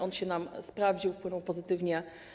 On się nam sprawdził, wpłynął pozytywnie.